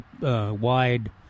wide